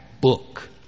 book